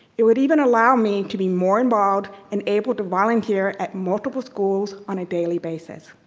it would even allow me to be more involved and able to volunteer at multiple schools on a daily basis.